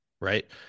right